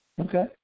Okay